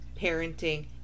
parenting